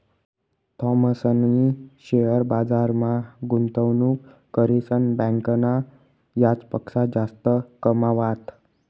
थॉमसनी शेअर बजारमा गुंतवणूक करीसन बँकना याजपक्सा जास्त कमावात